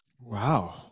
Wow